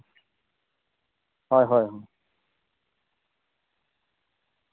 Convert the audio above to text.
ᱦᱳᱭ ᱦᱳᱭ ᱦᱳᱭ